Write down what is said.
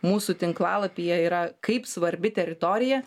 mūsų tinklalapyje yra kaip svarbi teritorija